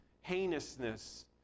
heinousness